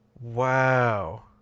Wow